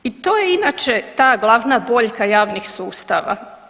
I to je inače ta glavna boljka javnih sustava.